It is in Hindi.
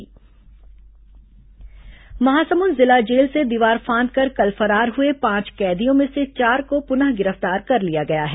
फरार कैदी गिरफ्तार महासमुंद जिला जेल से दीवार फांदकर कल फरार हुए पांच कैदियों में से चार को पुनः गिरफ्तार कर लिया गया है